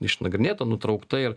išnagrinėta nutraukta ir